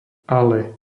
ale